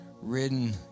Ridden